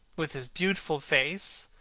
with his beautiful face,